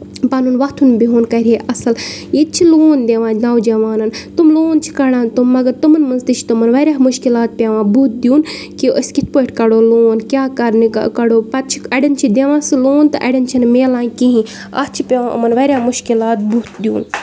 پَنُن وۄتُھن بِہُن کَرِ یہِ اَصٕل ییٚتہِ چھِ لون دِوان نوجوانن تٔمۍ لون چھِ کَڈان تٔمۍ مَگر تِمن منٛز تہِ چھِ تِمن واریاہ مُشکِلات پیٚوان بُتھ دیُن کہِ أسۍ کِتھ پٲٹھۍ کَڑو لون کیاہ کَرنہِ کَڑو پَتہٕ چھِ اَڈین چھِ دِوان سُہ لون تہٕ اَڈین چھُ نہٕ میلان کِہینۍ اَتھ چھُ پیوان یِمَن واریاہ مُشکِلات بُتھ دیُن